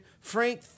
Frank